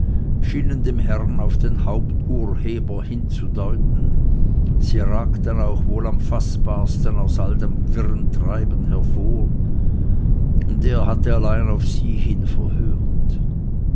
schienen dem herrn auf den haupturheber hinzudeuten sie ragten auch wohl am faßbarsten aus all dem wirren treiben hervor und er hatte allein auf sie hin verhört